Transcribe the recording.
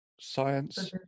science